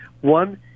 One